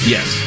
Yes